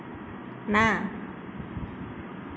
ନା